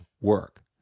work